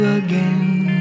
again